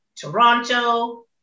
Toronto